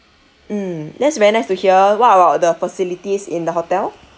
mm that's very nice to hear what about the facilities in the hotel